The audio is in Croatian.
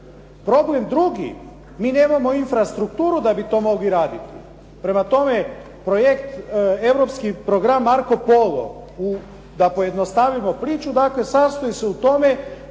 Problem drugi, mi nemamo infrastrukturu da bi to mogli raditi. Prema tome, projekt, europski program "Marco Polo", da pojednostavimo priču, dakle sastoji se u tome